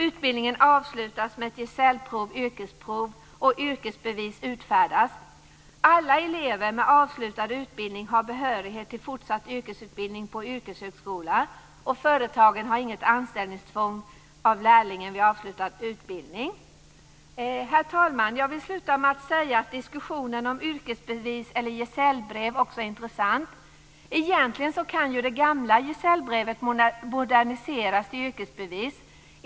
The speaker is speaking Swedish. Utbildningen avslutas med ett gesällprov eller yrkesprov, och yrkesbevis utfärdas. Alla elever med avslutad utbildning har behörighet till fortsatt yrkesutbildning på yrkeshögskola. Företagen är inte tvingade att anställa lärlingen vid avslutad utbildning. Herr talman! Jag vill sluta med att säga att diskussionen om yrkesbevis eller gesällbrev också är intressant. Egentligen kan det gamla gesällbrevet moderniseras till yrkesbevis.